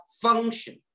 function